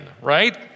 right